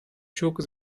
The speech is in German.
schurke